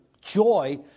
joy